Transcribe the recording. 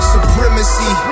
Supremacy